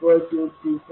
9V22